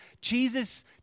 Jesus